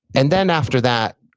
and then, after that,